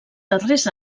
darrers